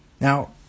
Now